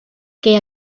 què